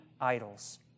idols